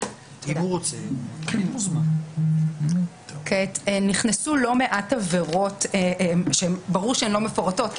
(היו"ר אוסאמה סעדי) נכנסו לא מעט עבירות שברור שהן לא מפורטות כי